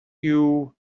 you